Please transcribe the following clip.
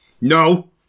no